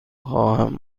خواهم